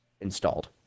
installed